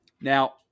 Now